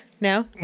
No